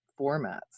formats